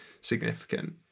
significant